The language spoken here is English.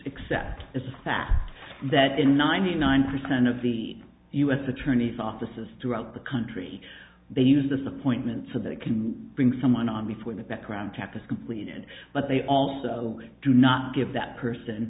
except as a fact that in ninety nine percent of the u s attorneys offices throughout the country they use this appointment so that it can bring someone on before the background tempus completed but they also do not give that person